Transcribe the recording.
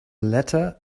letter